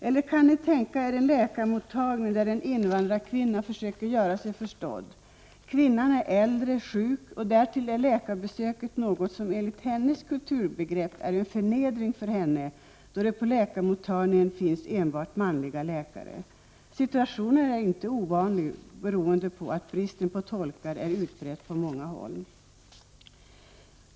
Eller kan ni tänka er en läkarmottagning, där en invandrarkvinna försöker göra sig förstådd. Kvinnan är äldre och sjuk, och därtill är läkarbesöket något som enligt hennes kulturbegrepp är en förnedring för henne, då det på läkarmottagningen finns enbart manliga läkare. Situationen är inte ovanlig, beroende på att bristen på tolkar är utbredd på många håll.